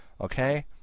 okay